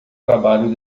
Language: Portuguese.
trabalho